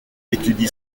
étudie